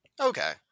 Okay